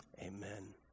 amen